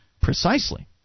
precisely